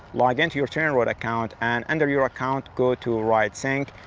login to your trainerroad account and under your account, go to ah ride sync,